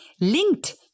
linked